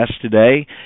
today